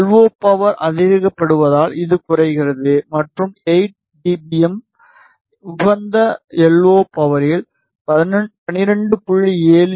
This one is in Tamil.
எல்ஓ பவர் அதிகரிக்கப்படுவதால் இது குறைகிறது மற்றும் 8 டிபிஎம் இன் உகந்த எல்ஓ பவரில் 12